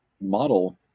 model